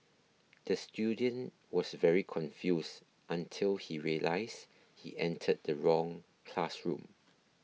the student was very confused until he realised he entered the wrong classroom